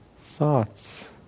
thoughts